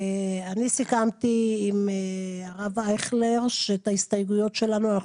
אני סיכמתי עם הרב אייכלר שאת ההסתייגויות שלנו אנחנו